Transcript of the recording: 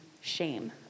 shame